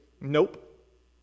Nope